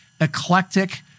eclectic